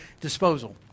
disposal